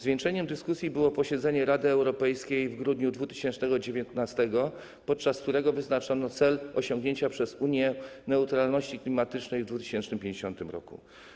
Zwieńczeniem dyskusji było posiedzenie Rady Europejskiej w grudniu 2019 r., podczas którego wyznaczono cel osiągnięcia przez Unię neutralności klimatycznej w 2050 r.